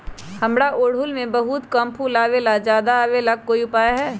हमारा ओरहुल में बहुत कम फूल आवेला ज्यादा वाले के कोइ उपाय हैं?